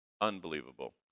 unbelievable